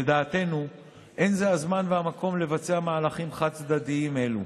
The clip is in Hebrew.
לדעתנו אין זה הזמן והמקום לבצע מהלכים חד-צדדיים אלו.